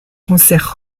concerts